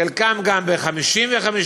חלקם גם ב-55%,